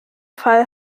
fall